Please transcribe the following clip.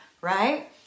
right